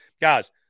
Guys